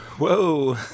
Whoa